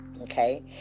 okay